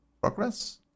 Progress